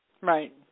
Right